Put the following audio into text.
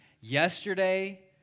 yesterday